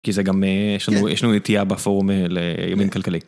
כי זה גם, יש לנו רתיעה בפורום לימין כלכלי.